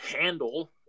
handle